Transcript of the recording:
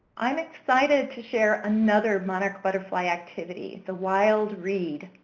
i'm excited to share another monarch butterfly activity, the wild read.